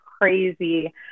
crazy